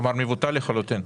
כלומר, מבוטל לחלוטין.